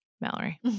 Mallory